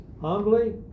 humbly